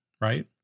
right